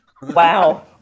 Wow